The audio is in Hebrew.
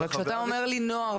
אבל כשאתה אומר לי נוער,